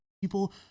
people